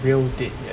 real date yet